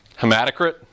hematocrit